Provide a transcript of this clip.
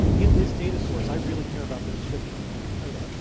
in this data source, i really care about the description, or the title,